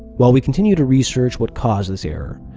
while we continue to research what caused this error,